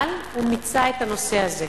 אבל הוא מיצה את הנושא הזה.